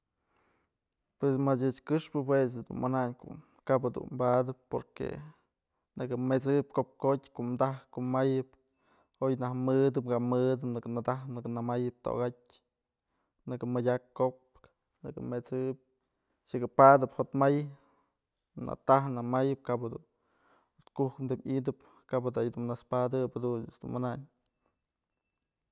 Pues mach ëch këxpë juech jedun manayn ku kap jadun badëp porque nëkë met'sëp kop kotyë kom taj kom mayëp oy naj mëdë ka mëdë nëkë në taj nëkë nëmayëp tokatyë nëkë madyakpë ko'opkë nëkë met'sëp nyeëkë padëp jotmay nataj namayëp kap jedun jotkuk të i'idëp, kap da yëdun naspadëp jadun ëch dun manañ.